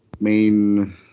main